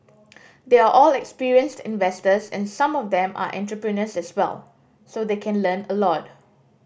they are all experienced investors and some of them are entrepreneurs as well so they can learn a lot